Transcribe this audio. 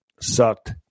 sucked